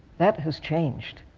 that has changed.